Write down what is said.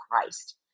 Christ